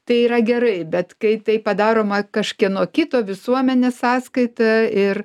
tai yra gerai bet kai tai padaroma kažkieno kito visuomenės sąskaita ir